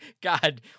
God